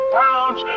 pounds